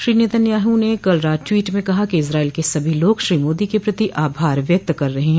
Shri Netanyahu ने कल रात टवीट में कहा कि इस्राइल के सभी लोग श्री मोदी के प्रति आभार व्यक्त कर रहे हैं